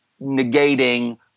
negating